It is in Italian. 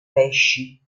pesci